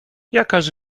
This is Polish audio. jakaż